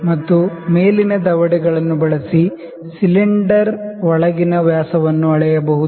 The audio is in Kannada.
ಮತ್ತು ಮೇಲಿನ ದವಡೆಗಳನ್ನು ಬಳಸಿ ಸಿಲಿಂಡರ್ಗಳ ಒಳಗಿನ ವ್ಯಾಸವನ್ನು ಅಳೆಯಬಹುದು